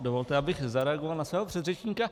Dovolte, abych zareagoval na svého předřečníka.